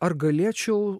ar galėčiau